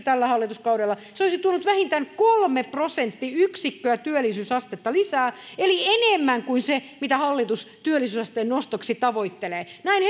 tällä hallituskaudella se olisi tuonut vähintään kolme prosenttiyksikköä työllisyysastetta lisää eli enemmän kuin se mitä hallitus työllisyysasteen nostoksi tavoittelee näin